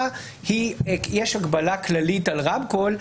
יש הגבלה כללית על רמקול,